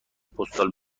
پستال